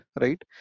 right